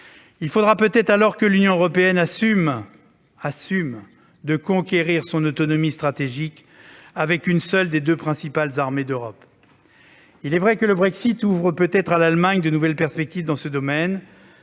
Il faudra peut-être alors que l'Union européenne assume de conquérir son autonomie stratégique avec une seule des deux principales armées d'Europe. Sans doute le Brexit ouvre-t-il à l'Allemagne de nouvelles perspectives dans ce domaine,